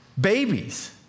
babies